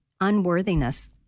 unworthiness